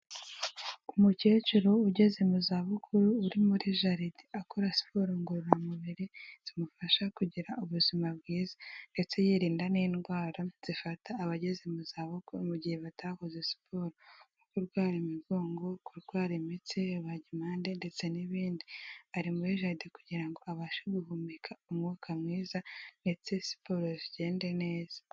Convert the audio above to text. Umukecuru ugeze mu zabukuru uri muri jaride akora siporo ngororamubiri zimufasha kugira ubuzima bwiza ndetse yirinda n'indwara zifata abageze mu zabukuru mu gihe batakoze siporo, nko kurwara imigongo, kurwara imitsi, rubagimpande ndetse n'ibindi. Ari muri jaride kugira ngo abashe guhumeka umwuka mwiza ndetse siporo zigende neza.